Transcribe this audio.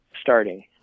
starting